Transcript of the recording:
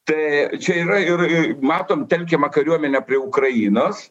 tai čia yra ir matom telkiamą kariuomenę prie ukrainos